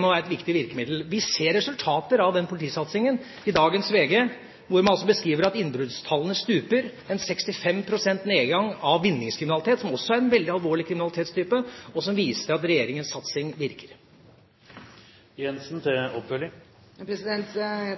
må være et viktig virkemiddel. Vi ser resultater av den politisatsingen i dagens VG, hvor man beskriver at innbruddstallene stuper, 65 pst. nedgang i vinningskriminalitet, som også er en veldig alvorlig kriminalitetstype. Dette viser at regjeringas satsing virker. Jeg